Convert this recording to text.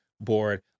board